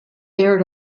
aired